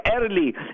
early